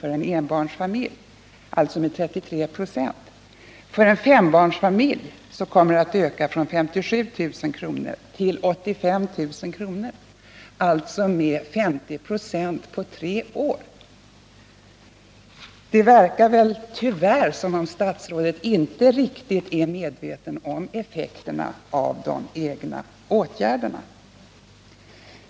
för en familj med ett barn, alltså med 33 25, och för en fembarnsfamilj kommer det att öka från 57 000 kr. till 85 000 kr., alltså med 50 "> på tre år. Det verkar — tyvärr — som om statsrådet inte är riktigt medveten om effekterna av de egna åtgärderna.